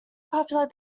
popular